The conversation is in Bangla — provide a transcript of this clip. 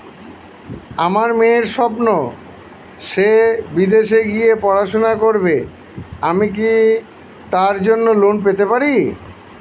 আমার মেয়ের স্বপ্ন সে বিদেশে গিয়ে পড়াশোনা করবে আমি কি তার জন্য লোন পেতে পারি?